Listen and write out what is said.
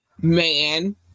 man